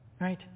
Right